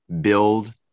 build